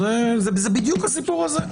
אז זה בדיוק הסיפור הזה.